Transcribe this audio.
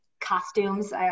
costumes